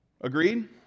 Agreed